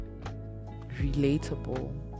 relatable